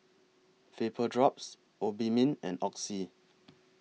Vapodrops Obimin and Oxy